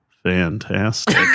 Fantastic